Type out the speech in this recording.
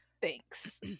thanks